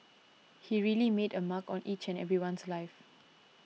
he really made a mark on each and everyone's life